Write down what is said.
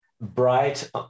bright